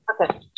Okay